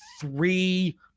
three